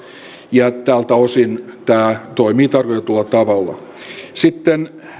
ja tältä osin tämä toimii tarkoitetulla tavalla sitten